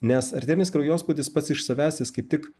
nes arterinis kraujospūdis pats iš savęs jis kaip tik